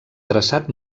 traçat